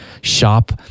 shop